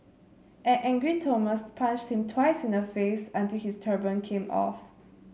an angry Thomas punched him twice in the face until his turban came off